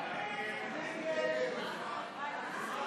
13, נגד 82, נמנעים,